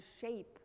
shape